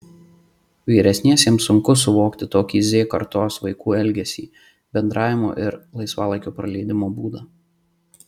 vyresniesiems sunku suvokti tokį z kartos vaikų elgesį bendravimo ir laisvalaikio praleidimo būdą